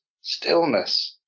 stillness